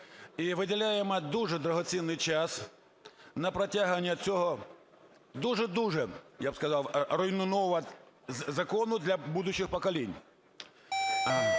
Дякую.